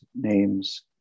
names